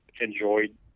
enjoyed